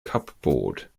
cupboard